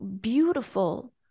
beautiful